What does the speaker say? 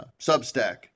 Substack